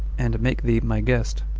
and make thee my guest.